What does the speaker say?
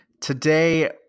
Today